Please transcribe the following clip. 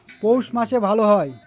পৌষ মাসে ভালো হয়?